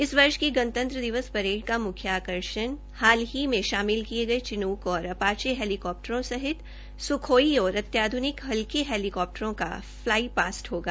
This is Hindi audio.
इस वर्ष की गणतंत्र दिवस परेड का मुख्य आकर्षण हाल ही में शामिल किए गए चिकून और अपाचे हेलीकॉप्टरों सहित सुखोई और अत्याधुनिक हल्के हेलीकॉप्टरों का फ्लाई पास्ट होगा